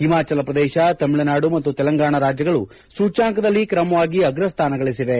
ಹಿಮಾಚಲ ಪ್ರದೇಶ ತಮಿಳುನಾಡು ಮತ್ತು ತೆಲಂಗಾಣ ರಾಜ್ಯಗಳು ಸೂಚ್ಯಂಕದಲ್ಲಿ ಕ್ರಮವಾಗಿ ಅಗ್ರಸ್ಥಾನ ಗಳಿಸಿವೆ